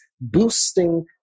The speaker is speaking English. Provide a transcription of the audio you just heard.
boosting